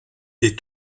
des